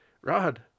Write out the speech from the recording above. Rod